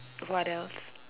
what else